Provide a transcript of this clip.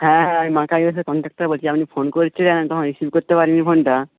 হ্যাঁ আমি মা বাসের কনডাক্টার বলছি আপনি ফোন করেছিলেন আমি তখন রিসিভ করতে পারিনি ফোনটা